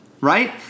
Right